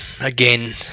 Again